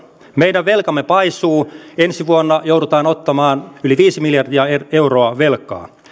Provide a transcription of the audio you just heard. meidän velkamme paisuu ensi vuonna joudutaan ottamaan yli viisi miljardia euroa velkaa